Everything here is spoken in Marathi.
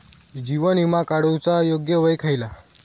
जीवन विमा काडूचा योग्य वय खयला?